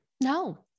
no